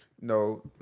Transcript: no